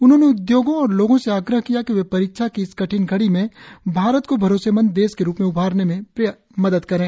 उन्होंने उदयोगों और लोगों से आग्रह किया कि वे परीक्षा की इस कठिन घड़ी में भारत को भरोसेमंद देश के रूप में उभारने के प्रयास करें